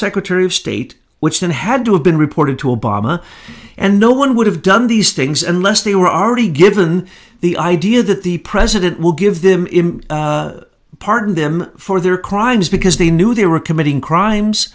secretary of state which then had to have been reported to obama and no one would have done these things unless they were already given the idea that the president will give them pardon them for their crimes because they knew they were committing crimes